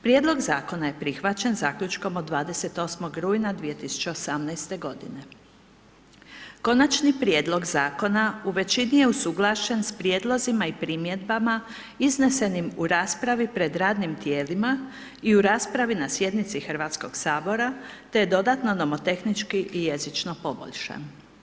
Prijedlog Zakona je prihvaćen zaključkom od 28. rujna 2018. g. Konačni prijedlog zakona, u većini je usuglašen s prijedlozima i primjedbama iznesenim u raspravi pred radnim tijelima i u raspravi na sjednici Hrvatskog sabora, te dodatno nomotehnički i jezično poboljšan.